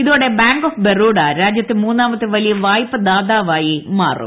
ഇതോടെ Bank of Baroda രാജ്യത്തെ മൂന്നാമത്തെ വലിയ വായ്പ ദാതാവായി മാറും